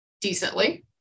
decently